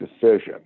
decision